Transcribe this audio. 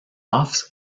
offs